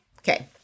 Okay